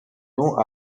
nom